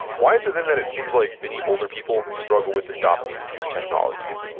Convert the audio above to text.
why is it then that it seems like many older people struggle with adopting new technology?